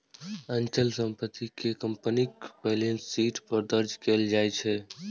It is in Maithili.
अचल संपत्ति कें कंपनीक बैलेंस शीट पर दर्ज कैल जाइ छै